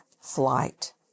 flight